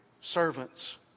servants